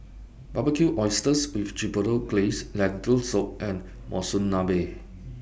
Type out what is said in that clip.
Barbecued Oysters with Chipotle Glaze Lentil Soup and Monsunabe